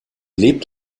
lebt